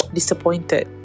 Disappointed